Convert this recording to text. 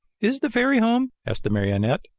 is the fairy home? asked the marionette.